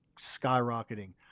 skyrocketing